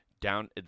down